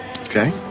Okay